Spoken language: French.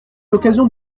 l’occasion